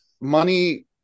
Money